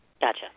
gotcha